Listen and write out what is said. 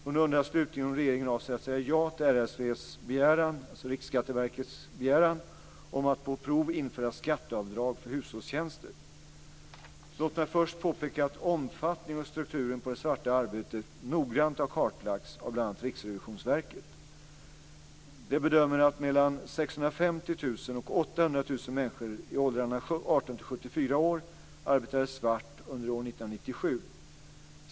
Hon undrar slutligen om regeringen avser att säga ja till Riksskatteverkets begäran om att på prov införa skatteavdrag för hushållstjänster. Låt mig först påpeka att omfattningen av och strukturen på det svarta arbetet noggrant har kartlagts av bl.a. Riksrevisionsverket. De bedömer att mellan år arbetade svart under år 1997.